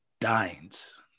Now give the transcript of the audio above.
Dines